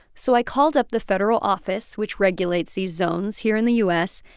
so i called up the federal office which regulates these zones here in the u s.